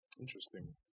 Interesting